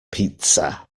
pizza